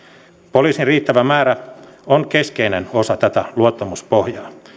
poliisien riittävä määrä on keskeinen osa tätä luottamuspohjaa